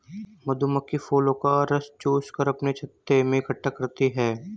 मधुमक्खी फूलों का रस चूस कर अपने छत्ते में इकट्ठा करती हैं